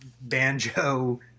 banjo